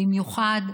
במיוחד,